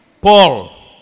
Paul